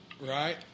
right